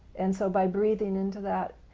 and so by breathing into that,